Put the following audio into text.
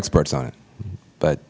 experts on it but